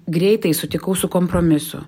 greitai sutikau su kompromisu